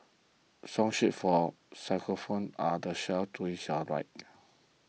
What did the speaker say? song sheets for xylophones are on the shelf to right